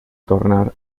tornar